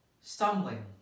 stumbling